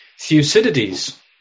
Thucydides